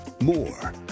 More